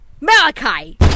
Malachi